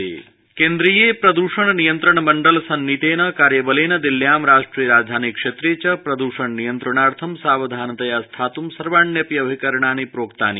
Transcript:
दिल्ली प्रद्षणम् केन्द्रीय प्रदूषण नियन्त्रण मण्डल सन्नीतेन कार्यबलेन दिल्ल्यां राष्ट्रिय राजधानी क्षेत्रे प्रद्षण नियन्त्रणार्थं सावधानतया स्थात् सर्वाण्यपि अभिकरणानि प्रोक्तानि